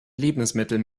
lebensmittel